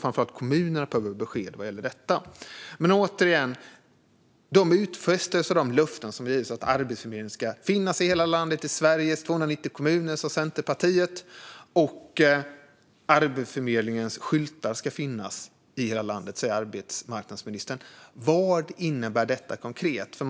Framför allt behöver kommunerna det. Men återigen: Arbetsförmedlingen ska finnas i alla Sveriges 290 kommuner, säger Centerpartiet. Arbetsförmedlingens skyltar ska finnas i hela landet, säger arbetsmarknadsministern. Vad innebär dessa utfästelser och löften konkret?